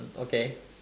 okay